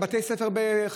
בתי הספר בחנוכה.